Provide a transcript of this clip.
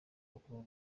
bakuru